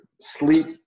sleep